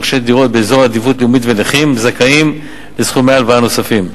רוכשי דירות באזור עדיפות לאומית ונכים זכאים לסכומי הלוואה נוספים,